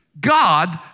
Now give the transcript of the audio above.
God